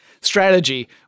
strategy